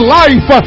life